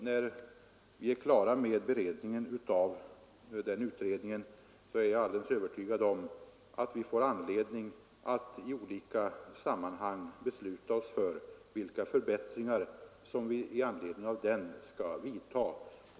När vi är klara med beredningen av den utredningen är jag alldeles övertygad om att vi får anledning att i olika sammanhang besluta oss för vilka förbättringar som vi med anledning av den skall vidta.